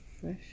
Fresh